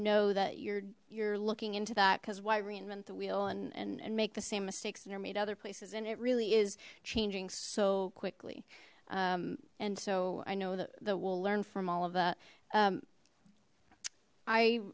know that you're you're looking into that because why reinvent the wheel and and and make the same mistakes that are made other places and it really is changing so quickly and so i know that we'll learn from all of that